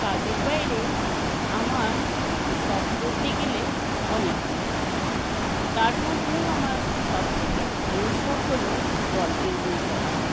কাজের বাইরে আমার শখ বলতে গেলে অনেকগুলি তার মধ্যেও আমার সবথেকে প্রিয় শখ হল গল্পের বই পড়া